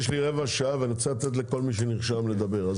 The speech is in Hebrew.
יש לי רבע שעה ואני רוצה לתת לכל מי שנרשם לדבר.